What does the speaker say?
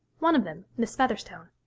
one of them, miss featherstone,